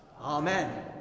Amen